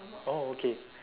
oh okay